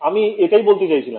আমি এটাই বলতে চাইছিলাম